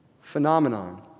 Phenomenon